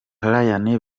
rayane